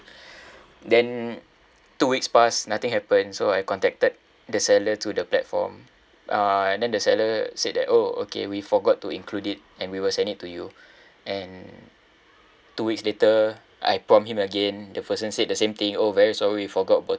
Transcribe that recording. then two weeks passed nothing happen so I contacted the seller through the platform uh and then the seller said that oh okay we forgot to include it and we will send it to you and two weeks later I prompt him again the person said the same thing oh very sorry forgot about